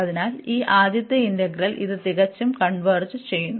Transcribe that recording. അതിനാൽ ഈ ആദ്യത്തെ ഇന്റഗ്രൽ ഇത് തികച്ചും കൺവെർജ് ചെയ്യുന്നു